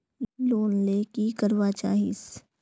Loan ले की करवा चाहीस?